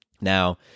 Now